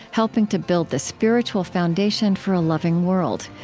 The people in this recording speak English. helping to build the spiritual foundation for a loving world.